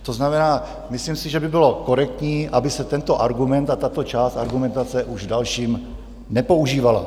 To znamená, myslím si, že by bylo korektní, aby se tento argument a tato část argumentace už v dalším nepoužívala.